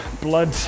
blood